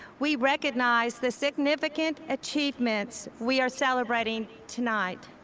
we recognize the significant achievements we are celebrating tonight.